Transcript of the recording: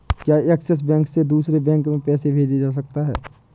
क्या Axis bank से दूसरे बैंक में पैसे भेजे जा सकता हैं?